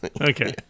Okay